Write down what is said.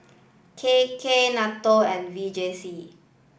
K K NATO and V J C